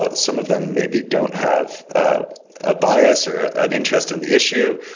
ah some of them may be don't have a ah bias, or an interest in the issue.